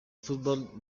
fútbol